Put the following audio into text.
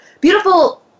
beautiful